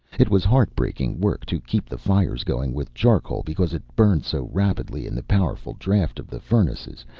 it was heart-breaking work to keep the fires going with charcoal, because it burned so rapidly in the powerful draft of the furnaces,